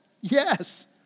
yes